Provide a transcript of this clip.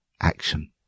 action